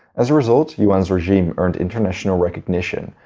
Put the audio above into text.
as a result, yuan's regime earned international recognition.